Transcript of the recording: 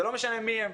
זה לא משנה מי הם,